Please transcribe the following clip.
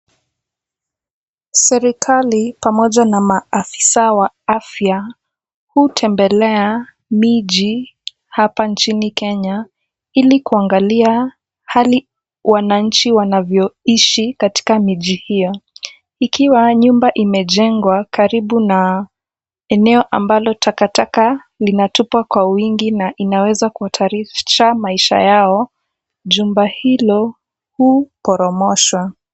Serikali pamoja na maafisa wa afya hutembelea miji hapa nchini Kenya ili kuangalia hali wananchi wanavyoishi katika miji hiyo. Ikiwa nyumba imejengwa karibu na eneo ambalo takataka linatupwa kwa wingi na inaweza kuhatarisha maisha yao, jumba hilo hukoromoshwa.